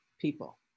people